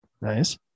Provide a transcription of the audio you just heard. Nice